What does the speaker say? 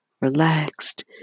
relaxed